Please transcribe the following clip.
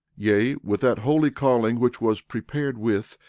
yea, with that holy calling which was prepared with,